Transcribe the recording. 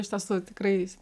iš tiesų tikrai